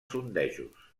sondejos